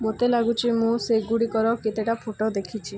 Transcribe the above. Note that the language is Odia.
ମୋତେ ଲାଗୁଛି ମୁଁ ସେଗୁଡ଼ିକର କେତେଟା ଫଟୋ ଦେଖିଛି